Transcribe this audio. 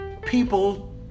people